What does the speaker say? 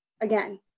again